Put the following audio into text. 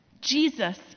Jesus